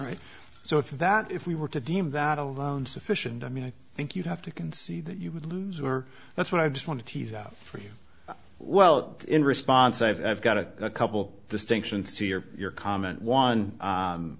right so if that if we were to deem vattel alone sufficient i mean i think you'd have to concede that you would lose her that's what i just want to tease out for you well in response i've got a couple distinctions to your comment one